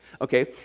Okay